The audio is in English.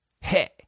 Hey